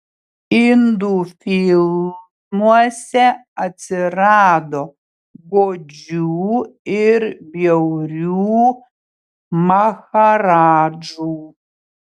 indų filmuose atsirado godžių ir bjaurių maharadžų